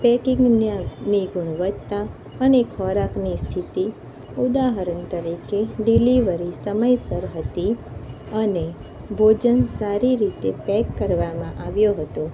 પેકિંગના ને ગુણવત્તા અને ખોરાકની સ્થિતિ ઉદાહરણ તરીકે ડિલિવરી સમયસર હતી અને ભોજન સારી રીતે પેક કરવામાં આવ્યો હતો